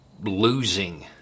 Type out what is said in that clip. losing